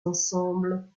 ensemble